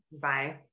Bye